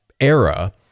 era